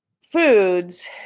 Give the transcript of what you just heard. foods